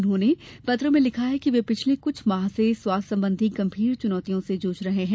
उन्होंने पत्र में लिखा कि वे पिछले कुछ माह से स्वास्थ्य संबंधी गंभीर चुनौतियों से जूझ रहे हैं